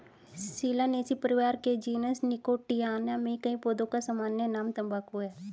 Solanaceae परिवार के genus Nicotiana में कई पौधों का सामान्य नाम तंबाकू है